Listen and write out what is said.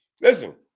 Listen